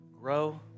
grow